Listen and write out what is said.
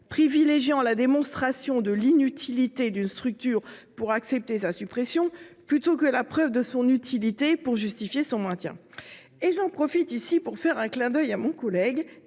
privilégiant la « démonstration de l’inutilité » d’une structure pour accepter sa suppression plutôt que la preuve de son utilité pour justifier son maintien. J’en profite, ici, pour faire un clin d’œil à mon collègue